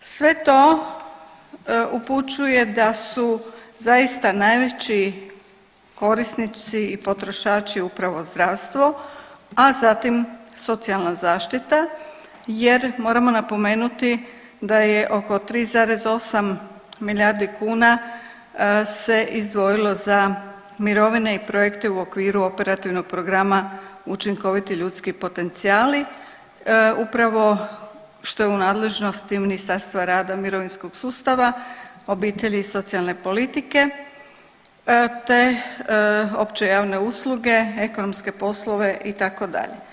Sve to upućuje da su zaista najveći korisnici i potrošači upravo zdravstvo, a zatim socijalna zaštita, jer moramo napomenuti da je oko 3,8 milijardi kuna se izdvojilo za mirovine i projekte u okviru Operativnog programa učinkoviti ljudski potencijali upravo što je u nadležnosti Ministarstva rada, mirovinskog sustava, obitelji i socijalne politike te opće javne usluge, ekonomske poslove itd.